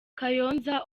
kayonza